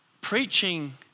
preaching